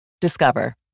Discover